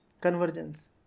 convergence